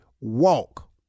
walk